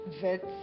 VET